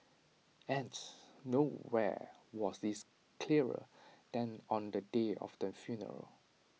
and nowhere was this clearer than on the day of the funeral